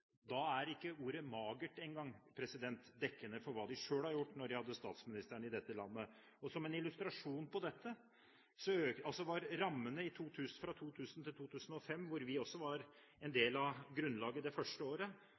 Da er ikke ordet «magert» engang dekkende for hva de selv har gjort, da de hadde statsministeren i dette landet. Som en illustrasjon på dette var rammene fra 2000 til 2005, da vi også var en del av grunnlaget det første året,